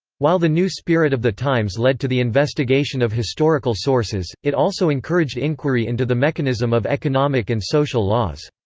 while the new spirit of the times led to the investigation of historical sources, it also encouraged inquiry into the mechanism of economic and social laws.